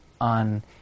on